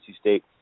State